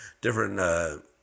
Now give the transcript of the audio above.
different, –